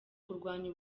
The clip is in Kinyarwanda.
kurwanya